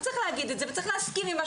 וצריך להגיד את זה וצריך להסכים עם מה